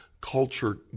culture